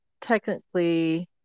technically